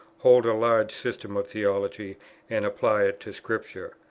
hold a large system of theology and apply it to scripture.